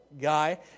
guy